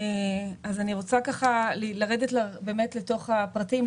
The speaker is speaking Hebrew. אני רוצה לרדת לפרטים,